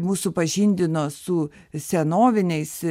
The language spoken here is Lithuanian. mus supažindino su senoviniais